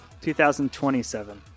2027